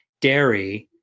dairy